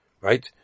right